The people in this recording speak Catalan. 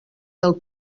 del